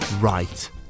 right